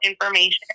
information